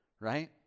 right